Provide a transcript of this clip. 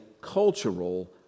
cultural